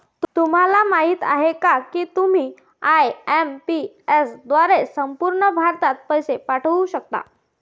तुम्हाला माहिती आहे का की तुम्ही आय.एम.पी.एस द्वारे संपूर्ण भारतभर पैसे पाठवू शकता